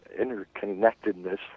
interconnectedness